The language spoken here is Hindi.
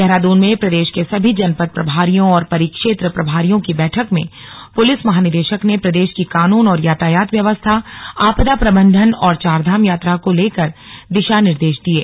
देहरादून में प्रदेश के सभी जनपद प्रभारियों और परिक्षेत्र प्रभारियों की बैठक में पुलिस महानिदेशक ने प्रदेश की कानून और यातायात व्यवस्था आपदा प्रबन्धन और चारधाम यात्रा को लेकर दिशा निर्देश दिये